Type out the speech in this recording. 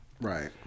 right